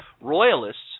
Royalists